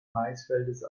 maisfeldes